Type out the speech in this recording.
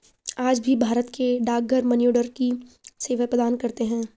आज भी भारत के डाकघर मनीआर्डर की सेवा प्रदान करते है